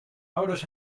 ouders